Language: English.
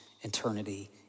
eternity